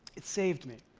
it saved me.